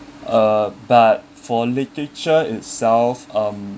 uh but for literature itself